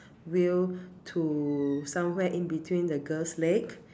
wheel to somewhere in between the girls leg